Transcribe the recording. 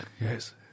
Yes